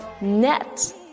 net